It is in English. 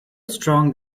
strong